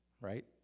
right